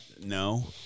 No